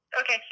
Okay